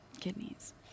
kidneys